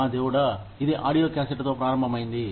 నా దేవుడా ఇది ఆడియో క్యాసెట్లతో ప్రారంభమైంది